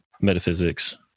metaphysics